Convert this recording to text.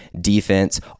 defense